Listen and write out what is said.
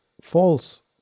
false